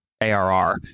ARR